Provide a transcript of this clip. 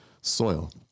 soil